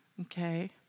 Okay